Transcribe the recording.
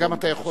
זה גם אתה יכול,